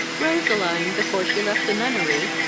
roseline, before she left the nunnery,